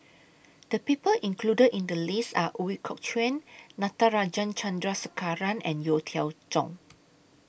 The People included in The list Are Ooi Kok Chuen Natarajan Chandrasekaran and Yeo Cheow Tong